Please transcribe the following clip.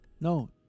no